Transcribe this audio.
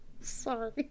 Sorry